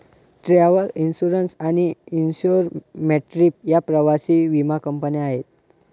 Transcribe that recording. travel insurance आणि insure my trip या प्रवासी विमा कंपन्या आहेत